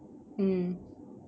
mm